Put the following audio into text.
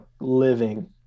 living